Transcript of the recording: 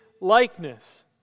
likeness